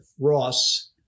Ross